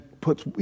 puts